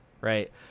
right